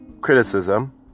criticism